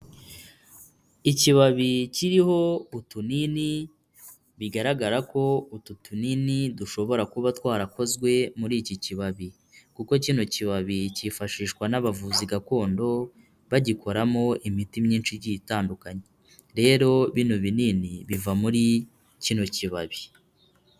Ikibabi kiriho utunini bigaragara ko utu tunini dushobora kuba twarakozwe muri iki kibabi, kuko kino kibabi cyifashishwa n'abavuzi gakondo bagikoramo imiti myinshi igiye itandukanye, rero bino binini biva muri kino kibabi.